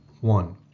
One